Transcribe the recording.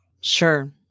Sure